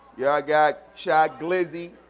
yeah i got shy glizzy,